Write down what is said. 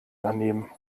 daneben